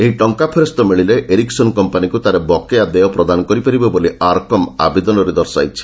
ଏହି ଟଙ୍କା ଫେରସ୍ତ ମିଳିଲେ ଏରିକ୍ସନ୍ କମ୍ପାନିକୁ ତା'ର ବକେୟା ଦେୟ ପ୍ରଦାନ କରିପାରିବ ବୋଲି ଆର୍କମ୍ ଆବେଦନରେ ଦର୍ଶାଇଛି